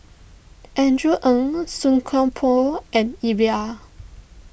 Andrew Ang Song Koon Poh and Iqbal